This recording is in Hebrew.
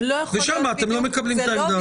ושם אתם לא מקבלים את העמדה הזאת.